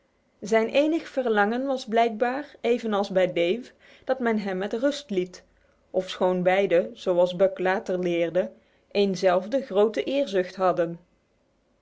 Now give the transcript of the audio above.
zijn enig verlangen was blijkbaar evenals bij dave dat men hem met rust liet ofschoon beide zoals buck later leerde een zelfde grote eerzucht hadden